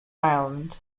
ireland